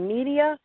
Media